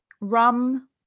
rum